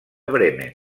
bremen